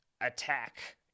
attack